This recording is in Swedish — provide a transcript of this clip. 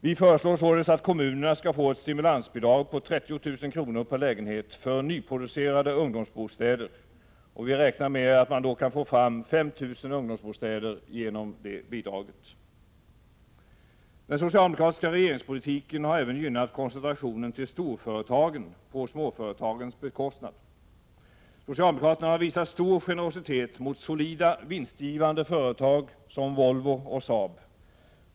Vi föreslår således att kommunerna skall få ett stimulansbidrag på 30 000 kr. per lägenhet för nyproducerade ungdomsbostäder. Vi räknar med att få fram 5 000 ungdomsbostäder genom det stimulansbidraget. Den socialdemokratiska regeringspolitiken har även gynnat koncentrationen till storföretagen på småföretagens bekostnad. Socialdemokraterna har visat stor generositet mot solida, vinstgivande företag som Volvo och Saab.